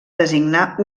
designar